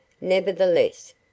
Nevertheless